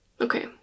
Okay